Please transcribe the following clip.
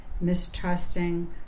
mistrusting